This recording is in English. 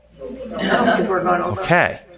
Okay